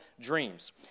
dreams